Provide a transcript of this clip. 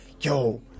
yo